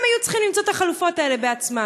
הם היו צריכים למצוא את החלופות האלה בעצמם.